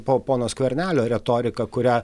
po pono skvernelio retorika kurią